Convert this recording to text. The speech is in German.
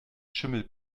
schimmel